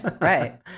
Right